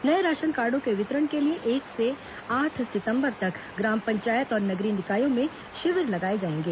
नये राशन कार्डो के वितरण के लिए एक से आठ सितम्बर तक ग्राम पंचायत और नगरीय निकायों में शिविर लगाए जाएंगे